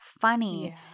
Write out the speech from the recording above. funny